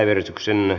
asia